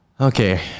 Okay